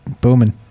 booming